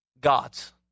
God's